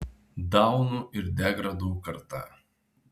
daunų ir degradų karta